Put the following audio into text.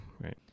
right